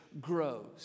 grows